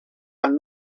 and